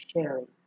sharing